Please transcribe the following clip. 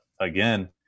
again